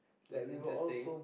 that's interesting